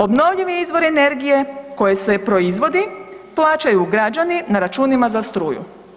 Obnovljivi izvori energije koji se proizvodi plaćaju građani na računima za struju.